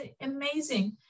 amazing